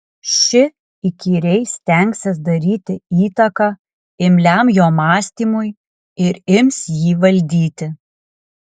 ši įkyriai stengsis daryti įtaką imliam jo mąstymui ir ims jį valdyti